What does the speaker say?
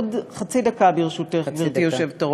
עוד חצי דקה, ברשותך, גברתי היושבת-ראש.